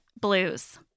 blues